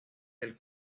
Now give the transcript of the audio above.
del